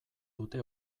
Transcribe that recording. dute